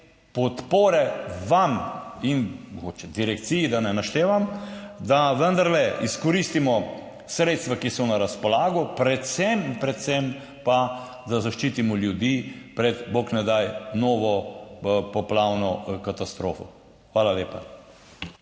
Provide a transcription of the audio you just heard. podpore vam in mogoče direkciji, da ne naštevam, da vendarle izkoristimo sredstva, ki so na razpolago, predvsem pa, da zaščitimo ljudi pred, bog ne daj, novo poplavno katastrofo. Hvala lepa.